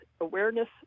awareness